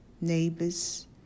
neighbors